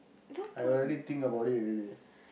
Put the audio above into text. I already think about it already